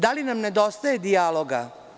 Da li nam nedostaje dijaloga?